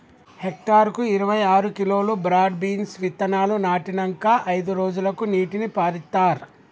hectare కు ఇరవై ఆరు కిలోలు బ్రాడ్ బీన్స్ విత్తనాలు నాటినంకా అయిదు రోజులకు నీటిని పారిత్తార్